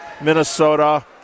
Minnesota